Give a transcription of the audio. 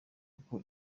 uko